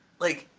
like,